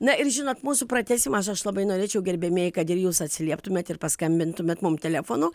na ir žinot mūsų pratęsimas aš labai norėčiau gerbiamieji kad ir jūs atsilieptumėt ir paskambintumėt mum telefonu